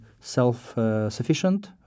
self-sufficient